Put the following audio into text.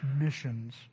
Missions